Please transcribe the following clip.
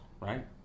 Right